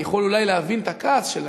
אני יכול אולי להבין את הכעס שלהם.